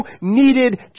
needed